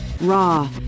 raw